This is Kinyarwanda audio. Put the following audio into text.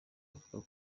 avuga